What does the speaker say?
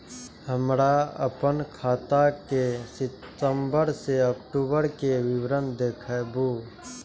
हमरा अपन खाता के सितम्बर से अक्टूबर के विवरण देखबु?